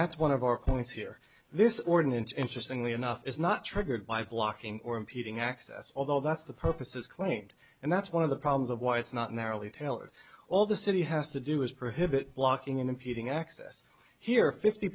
that's one of our points here this ordinance interesting the enough is not triggered by blocking or impeding access although that's the purpose is claimed and that's one of the problems of why it's not narrowly tailored all the city has to do is prohibit blocking impeding access here fifty